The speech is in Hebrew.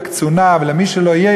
לקצונה ולמי שלא יהיה,